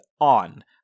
on